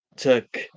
Took